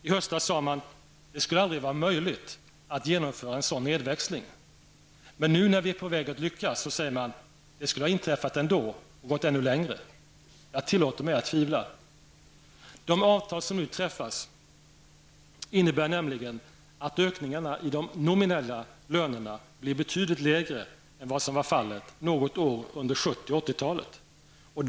I höstas sade man att det aldrig skulle vara möjligt att genomföra en sådan nedväxling. Nu när det är på väg att lyckas säger man att det skulle ha inträffat ändå och gått ännu längre. Jag tillåter mig att tvivla. De avtal som nu träffas innebär nämligen att ökningarna i de nominella lönerna blir betydligt lägre än vad som varit fallet något år under 1970 och 1980-talen.